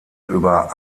über